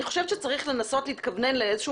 אני חושבת שצריך לנסות להתכוונן לאיזה שהוא,